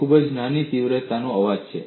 તે ખૂબ જ નાની તીવ્રતાનો અવાજ છે